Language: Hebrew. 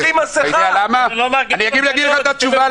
אני אגיד לך את התשובה.